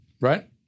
right